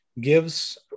gives